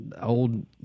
old